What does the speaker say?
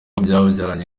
babyaranye